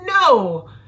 No